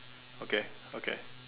okay okay